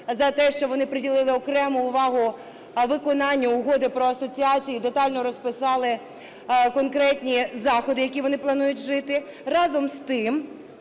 за те, що вони приділили окрему увагу виконанню Угоди про асоціацію і детально розписали конкретні заходи, які вони планують вжити. Разом з тим,